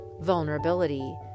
vulnerability